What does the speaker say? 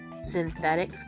synthetic